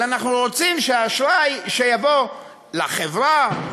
אלא אנחנו רוצים שהאשראי שיבוא לחברה,